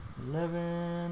Eleven